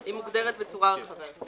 היא מוגדרת בצורה רחבה יותר.